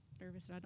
nervous